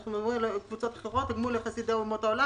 אנחנו מדברים על קבוצות אחרות: חסידי אומות העולם